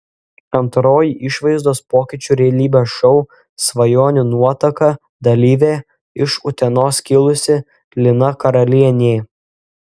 antroji išvaizdos pokyčių realybės šou svajonių nuotaka dalyvė iš utenos kilusi lina karalienė